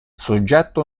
soggetto